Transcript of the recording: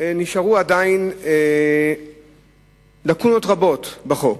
עדיין נשארו לקונות רבות בחוק.